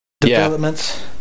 developments